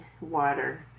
water